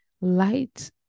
light